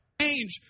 Change